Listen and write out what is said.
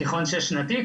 בתיכון שש שנתי.